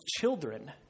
children